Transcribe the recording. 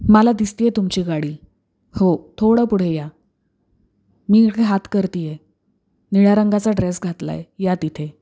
मला दिसते आहे तुमची गाडी हो थोडं पुढे या मी इकडे हात करते आहे निळ्या रंगाचा ड्रेस घातला आहे या तिथे